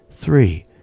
three